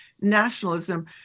nationalism